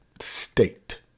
state